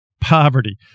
poverty